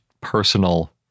personal